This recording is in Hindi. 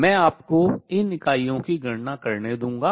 मैं आपको इन इकाइयों की गणना करने दूंगा